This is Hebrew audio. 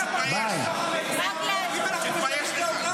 להצבעה הם יחזרו.